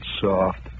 soft